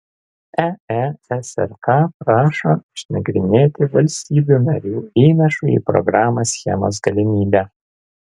eesrk prašo išnagrinėti valstybių narių įnašų į programą schemos galimybę